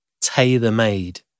tailor-made